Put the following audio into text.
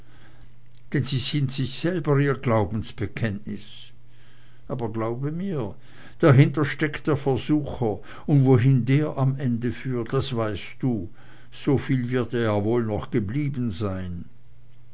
denn sie sind sich selber ihr glaubensbekenntnis aber glaube mir dahinter steckt der versucher und wohin der am ende führt das weißt du soviel wird dir ja wohl noch geblieben sein